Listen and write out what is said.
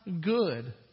good